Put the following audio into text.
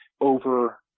over